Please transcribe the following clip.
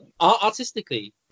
artistically